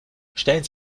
stellen